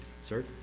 sir